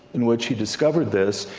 in which he discovered this,